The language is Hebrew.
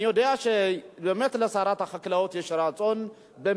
אני יודע שבאמת לשרת החקלאות יש רצון טוב,